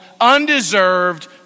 undeserved